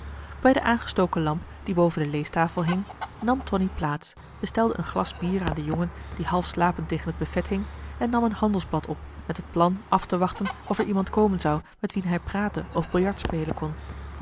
bij de aangestoken lamp die boven de leestafel hing nam tonie plaats bestelde een glas bier aan den jongen die half slapend tegen het buffet hing en nam een handelsblad op met het plan aftewachten of er iemand komen zou met wien hij praten of biljartspelen kon